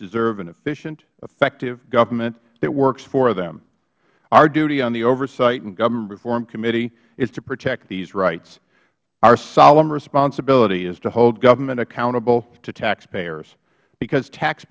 deserve an efficient effective government that works for them our duty on the oversight and government reform committee is to protect these rights our solemn responsibility is to hold government accountable to taxpayers because tax